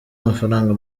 amafaranga